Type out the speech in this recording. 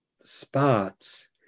spots